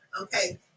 Okay